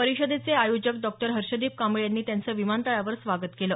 परिषदेचे आयोजक डॉ हर्षदीप कांबळे यांनी त्यांचं विमानतळावर स्वागत केलं